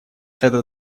это